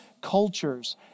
cultures